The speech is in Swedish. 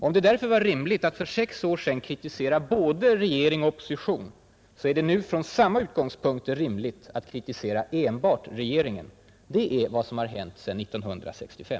Om det därför var rimligt att för fem år sedan kritisera både regering och opposition så är det nu från samma utgångspunkter rimligt att kritisera enbart regeringen. Det är vad som har hänt sedan 1965.